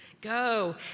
Go